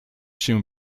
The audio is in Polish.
się